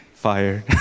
Fired